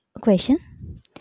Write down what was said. question